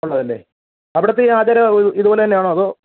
ഉള്ളത് അല്ലേ അവിടുത്തെ ആചാരം ഇതുപോലെ തന്നെയാണോ അതോ